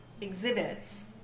exhibits